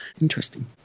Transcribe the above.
Interesting